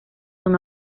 son